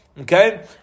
okay